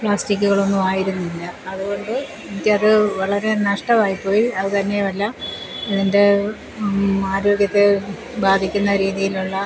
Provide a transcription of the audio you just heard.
പ്ലാസ്റ്റിക്കുകളൊന്നും ആയിരുന്നില്ല അതുകൊണ്ട് എനിക്ക് അത് വളരെ നഷ്ടം ആയിപ്പോയി അതു തന്നെയുമല്ല എൻ്റെ ആരോഗ്യത്തെ ബാധിക്കുന്ന രീതിയിലുള്ള